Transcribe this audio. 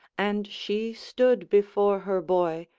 and she stood before her boy,